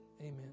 Amen